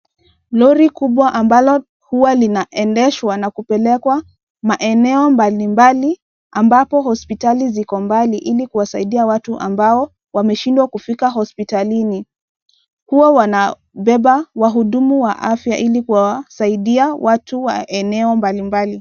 Lori kubwa ambalo huwa linaendeshwa na kupelekwa maeneo mbalimbali ambako hospitali ziko mbali ili kuwasaidia watu ambao wameshindwa kufika hospitalini. Huwa wanabeba wahudumu wa afya ili kuwasaidia watu wa eneo mbalimbali.